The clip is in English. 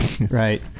Right